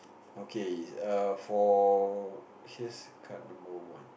okay err for here's card number one